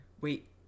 Wait